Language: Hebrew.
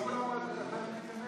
לא כולם רוצים להיכנס.